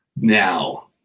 Now